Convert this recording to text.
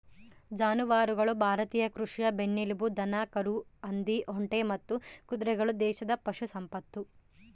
ಜಾನುವಾರುಗಳು ಭಾರತೀಯ ಕೃಷಿಯ ಬೆನ್ನೆಲುಬು ದನ ಕುರಿ ಹಂದಿ ಒಂಟೆ ಮತ್ತು ಕುದುರೆಗಳು ದೇಶದ ಪಶು ಸಂಪತ್ತು